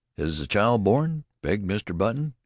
is the child born? begged mr. button.